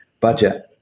budget